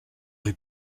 eut